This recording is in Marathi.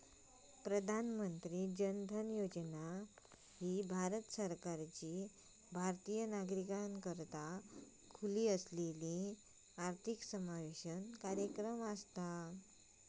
प्रधानमंत्री जन धन योजना ह्या भारत सरकारचा भारतीय नागरिकाकरता खुला असलेला आर्थिक समावेशन कार्यक्रम असा